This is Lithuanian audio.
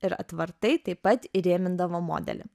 ir atvartai taip pat įrėmindavo modelį